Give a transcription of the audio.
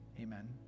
amen